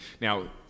Now